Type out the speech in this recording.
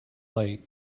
late